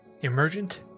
Emergent